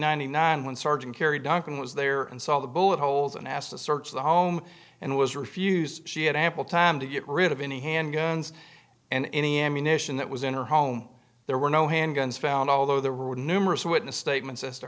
ninety nine when sergeant carey duncan was there and saw the bullet holes and asked to search the home and was refused she had ample time to get rid of any handguns and any ammunition that was in her home there were no handguns found although there were numerous witness statements as to